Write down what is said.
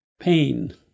pain